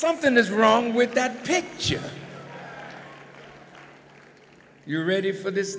something is wrong with that picture you're ready for this